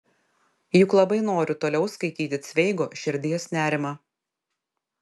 juk labai noriu toliau skaityti cveigo širdies nerimą